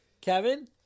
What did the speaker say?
Kevin